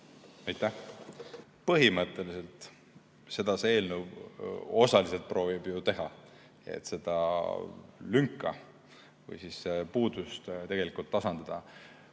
Aitäh! Põhimõtteliselt seda see eelnõu osaliselt proovib ju teha, seda lünka või puudust tasandada.